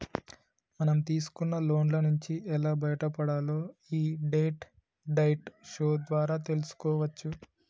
మనం తీసుకున్న లోన్ల నుంచి ఎలా బయటపడాలో యీ డెట్ డైట్ షో ద్వారా తెల్సుకోవచ్చు